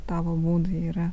tavo būdai yra